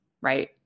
right